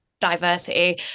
diversity